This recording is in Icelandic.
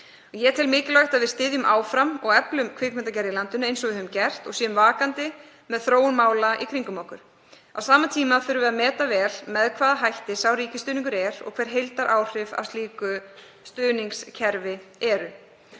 Ég tel mikilvægt að við styðjum áfram og eflum kvikmyndagerð í landinu eins og við höfum gert og séum vakandi um þróun mála í kringum okkur. Á sama tíma þurfum við að meta vel með hvaða hætti sá ríkisstuðningur er og hver heildaráhrif af slíku stuðningskerfi eru.